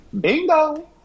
Bingo